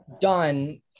done